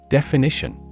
Definition